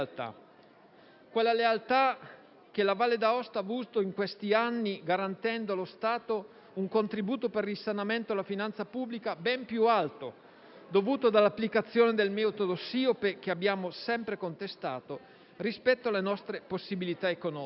quella lealtà che la Valle d'Aosta ha avuto in questi anni, garantendo allo Stato un contributo per il risanamento della finanza pubblica ben più alto (dovuto all'applicazione del metodo Siope, che abbiamo sempre contestato) rispetto alle nostre possibilità economiche.